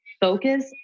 focus